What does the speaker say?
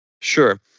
Sure